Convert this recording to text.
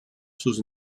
sus